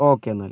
okay എന്നാൽ